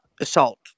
assault